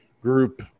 group